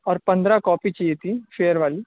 اور پندرہ کاپی چاہیے تھیں فیئر والی